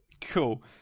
Cool